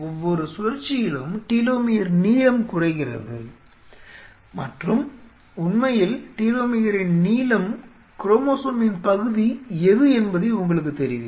ஒவ்வொரு சுழற்சியிலும் டீலோமியர் நீளம் குறைகிறது மற்றும் உண்மையில் டீலோமியரின் நீளம் குரோமோசோமின் பகுதி எது என்பதை உங்களுக்குத் தெரிவிக்கும்